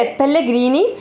pellegrini